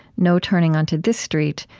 no turning onto this street,